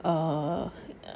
err